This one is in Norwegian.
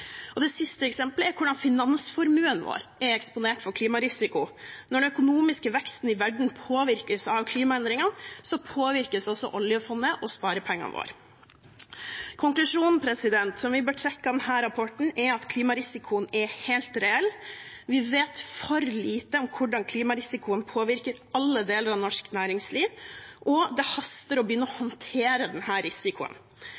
Det siste eksempelet er hvordan finansformuen vår er eksponert for klimarisiko. Når den økonomiske veksten i verden påvirkes av klimaendringene, påvirkes også oljefondet og sparepengene våre. Konklusjonen som vi bør trekke av denne rapporten, er at klimarisikoen er helt reell. Vi vet for lite om hvordan klimarisikoen påvirker alle deler av norsk næringsliv, og det haster å begynne å